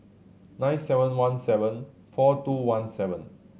nine seven one seven four two one seven